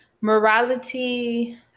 morality